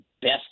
best